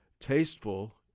Tasteful